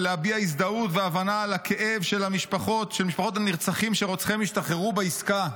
ולהביע הזדהות והבנה לכאב של משפחות נרצחים שרוצחיהם השתחררו בעסקה.